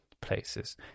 places